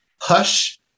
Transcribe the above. hush